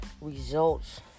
results